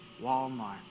Walmart